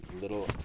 little